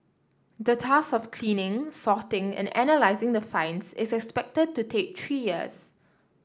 the task of cleaning sorting and analysing the finds is expected to take three years